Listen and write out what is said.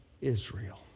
Israel